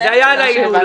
--- לא, זה היה על הילולה.